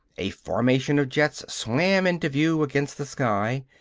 a formation of jets swam into view against the sky.